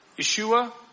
Yeshua